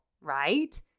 right